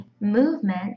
movement